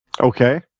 Okay